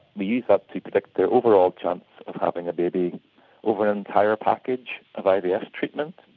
we use that to predict their overall chance of having a baby over an entire package of ivf yeah treatment.